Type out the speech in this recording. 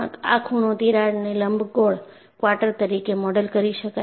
આ ખૂણો તિરાડને લંબગોળ ક્વાર્ટર તરીકે મોડેલ કરી શકાય છે